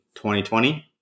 2020